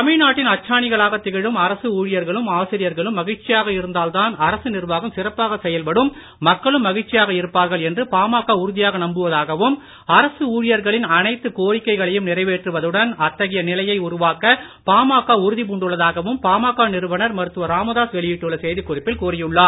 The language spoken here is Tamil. தமிழ்நாட்டின் அச்சாணிகளாக திகழும் அரசு ஊழியர்களும் ஆசிரியர்களும் மகிழ்ச்சியாக இருந்தால் தான் அரசு நிர்வாகம் சிறப்பாக செயல்படும் மக்களும் மகிழ்ச்சியாக இருப்பார்கள் என்று பாமக உறுதியாக நம்புவதாகவும் அரசு ஊழியர்களின் அனைத்து கோரிக்கைகளையும் நிறைவேற்றுவதுடன் அத்தகைய நிலையை உருவாக்க பாமக உறுதி பூண்டுள்ளதாகவும் பாமக நிறுவனர் மருத்துவர் ராமதாஸ் வெளியிட்டுள்ள செய்திக்குறிப்பில் கூறியுள்ளார்